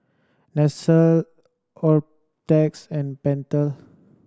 Nestle Optrex and Pentel